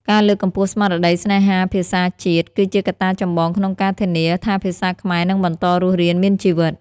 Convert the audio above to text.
ការលើកកម្ពស់ស្មារតីស្នេហាភាសាជាតិ គឺជាកត្តាចម្បងក្នុងការធានាថាភាសាខ្មែរនឹងបន្តរស់រានមានជីវិត។